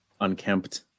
unkempt